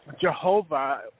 Jehovah